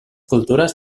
cultures